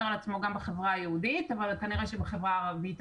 על עצמו גם בחברה היהודית אבל כנראה שבחברה הערבית,